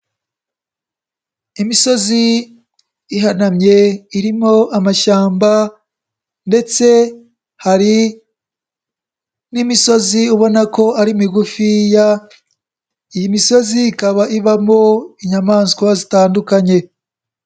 Imisozi ihanamye irimo amashyamba ndetse hari n'imisozi ubona ko ari migufiya, iyi misozi ikaba ibamo inyamaswa zitandukanye.